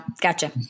gotcha